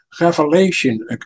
revelation